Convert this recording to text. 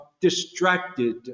distracted